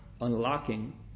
unlocking